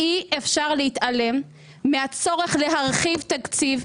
אי-אפשר להתעלם מהצורך להרחיב תקציב,